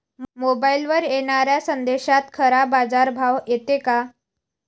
मोबाईलवर येनाऱ्या संदेशात खरा बाजारभाव येते का?